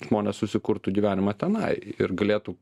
žmonės susikurtų gyvenimą tenai ir galėtų